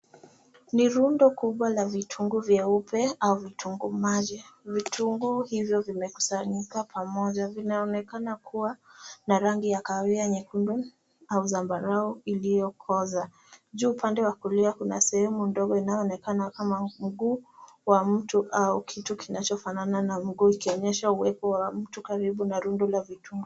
Ni rundo kubwa la vitungu vyeupe au vitungu maji. Vitungu hizo vimekusanika pamoja vinaonekana kuwa na rangi ya kawiya nyekundu au zambarao iliyokoza. Juu pande wakulia kuna sehemu ndogo inayonekana kama mguu wa mtu au kitu kinachofanana na mguu ikioenyesha uepo wa mtu karibu na rundu la vitungu.